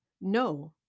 No